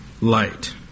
light